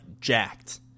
jacked